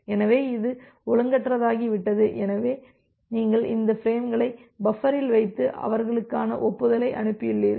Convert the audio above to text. எனவே இது ஒழுங்கற்றதாகி விட்டது எனவே நீங்கள் அந்த பிரேம்களை பஃபரில் வைத்து அவர்களுக்கான ஒப்புதலை அனுப்பியுள்ளீர்கள்